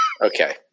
Okay